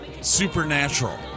Supernatural